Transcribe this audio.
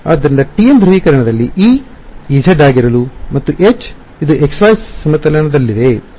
ಆದ್ದರಿಂದ TM ಧ್ರುವೀಕರಣದಲ್ಲಿ E Ez ಆಗಿರಲು ಮತ್ತು H ಇದು xy ಸಮತಲದಲ್ಲಿದೆ